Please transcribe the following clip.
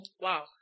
wow